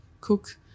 cook